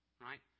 right